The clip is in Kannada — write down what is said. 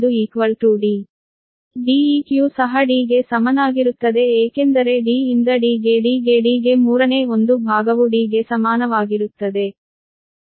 Deq ಸಹ D ಗೆ ಸಮನಾಗಿರುತ್ತದೆ ಏಕೆಂದರೆ D ಇಂದ D ಗೆ D ಗೆ D ಗೆ ಮೂರನೇ ಒಂದು ಭಾಗವು D ಗೆ ಸಮಾನವಾಗಿರುತ್ತದೆ